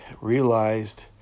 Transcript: realized